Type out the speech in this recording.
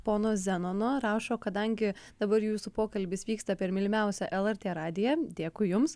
pono zenono rašo kadangi dabar jūsų pokalbis vyksta per mylimiausią lrt radiją dėkui jums